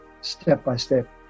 step-by-step